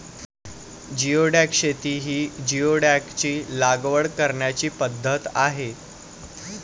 geoduck शेती ही जिओडॅकची लागवड करण्याची पद्धत आहे